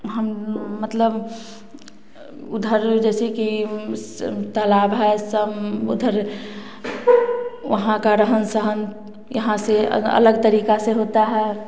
हम मतलब उधर जैसे कि तालाब है सम उधर वहाँ का रहन सहन यहाँ से अलग अलग तरीका से होता है